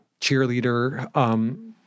cheerleader